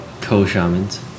co-shamans